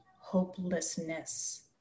hopelessness